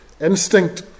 instinct